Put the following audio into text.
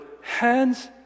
hands